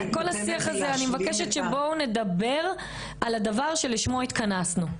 כל השיח הזה - אני מבקשת שנדבר על הדבר שלשמו התכנסנו.